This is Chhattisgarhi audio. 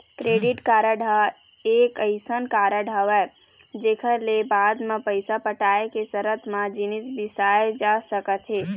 क्रेडिट कारड ह एक अइसन कारड हरय जेखर ले बाद म पइसा पटाय के सरत म जिनिस बिसाए जा सकत हे